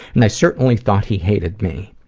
and i certainly thought he hated me.